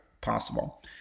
possible